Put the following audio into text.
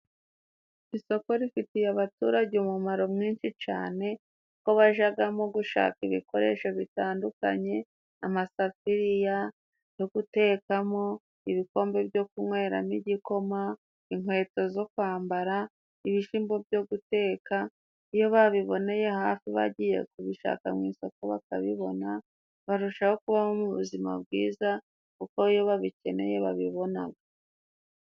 Isoko rifitiye abaturage umumaro mwinshi cyane, kuko bajyamo gushaka ibikoresho bitandukanye, amasafuriya yo gutekamo, ibikombe byo kunyweramo igikoma, inkweto zo kwambara, ibishyimbo byo guteka, iyo babiboneye hafi bagiye kubishaka mu isoku bakabibona, barushaho kubaho mu buzima bwiza, kuko iyo babikeneye babibona.